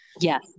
Yes